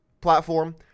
platform